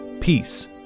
peace